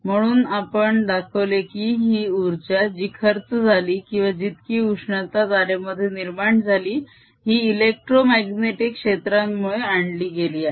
म्हणून आपण दाखवले की ही उर्जा जी खर्च झाली किंवा जितकी उष्णता तारेमध्ये निर्माण झाली ही एलेक्ट्रोमाग्नेटीक क्षेत्रांमुळे आणली गेली आहे